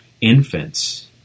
infants